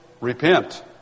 Repent